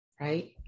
right